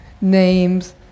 name's